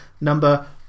number